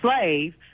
slave